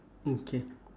okay